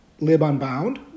libunbound